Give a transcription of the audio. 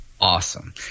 Awesome